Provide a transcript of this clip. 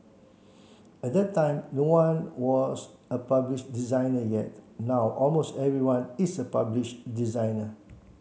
at that time no one was a published designer yet now almost everyone is a publish designer